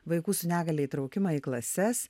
vaikų su negalia įtraukimą į klases